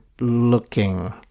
looking